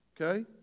Okay